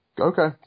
okay